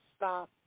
Stop